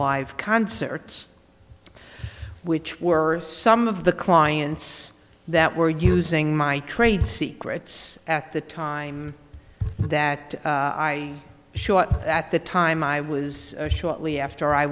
live concerts which were some of the clients that were using my trade secrets at the time that i show up at the time i was shortly after i